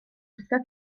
gwisgo